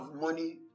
money